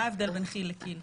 מה הבדל בין כיל לקיל?